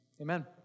Amen